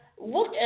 Look